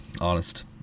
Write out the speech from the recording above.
Honest